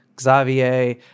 Xavier